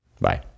Bye